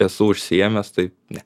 esu užsiėmęs tai ne